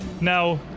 Now